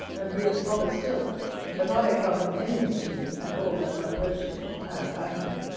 and be a scoffer still but i account them enemies to me and all that love virtue and angling.